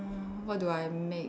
mm what do I make